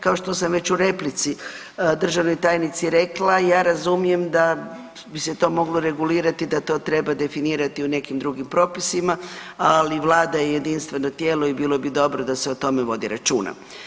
Kao što sam već u replici državnoj tajnici rekla ja razumijem da bi se to moglo regulirati, da to treba definirati u nekim drugim propisima, ali Vlada je jedinstveno tijelo i bilo bi dobro da se o tome vodi računa.